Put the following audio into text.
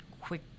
quick